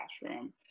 classroom